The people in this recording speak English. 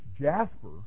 jasper